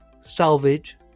Salvage